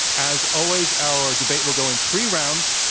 as always, our debate will go in three rounds,